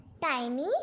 Tiny